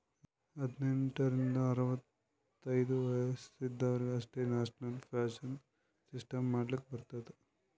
ಹದ್ನೆಂಟ್ ರಿಂದ ಅರವತ್ತೈದು ವಯಸ್ಸ ಇದವರಿಗ್ ಅಷ್ಟೇ ನ್ಯಾಷನಲ್ ಪೆನ್ಶನ್ ಸಿಸ್ಟಮ್ ಮಾಡ್ಲಾಕ್ ಬರ್ತುದ